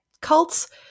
cults